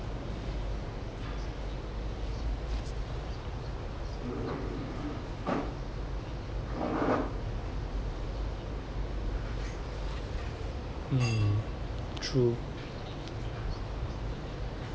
mm true